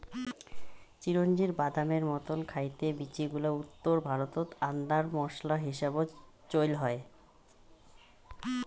চিরোঞ্জির বাদামের মতন খাইতে বীচিগুলা উত্তর ভারতত আন্দার মোশলা হিসাবত চইল হয়